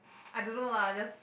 I don't know lah just